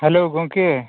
hello ᱜᱚᱢᱠᱮ